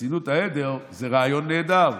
חסינות העדר היא רעיון נהדר,